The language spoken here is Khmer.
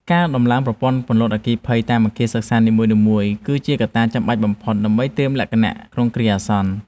ការដំឡើងប្រព័ន្ធពន្លត់អគ្គិភ័យនៅតាមអគារសិក្សានីមួយៗ គឺជាកត្តាចាំបាច់បំផុតដើម្បីត្រៀមលក្ខណៈក្នុងគ្រាអាសន្ន។